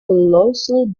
colossal